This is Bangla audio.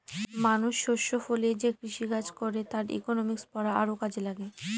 মানুষ শস্য ফলিয়ে যে কৃষিকাজ করে তার ইকনমিক্স পড়া আরও কাজে লাগে